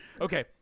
Okay